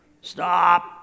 Stop